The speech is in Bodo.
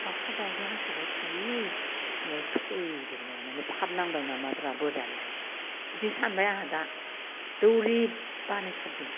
दाउसा दावदै हाथारबाय थायो बेयाव थैदों नामालै फाप नांबाय नामाब्रा बोरायालाय बिदि सानबाय आंहा दा दौरि बानायथारदों